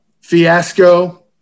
fiasco